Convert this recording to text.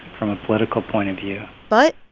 from a political point of view but,